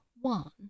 one